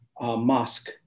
Mosque